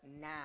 now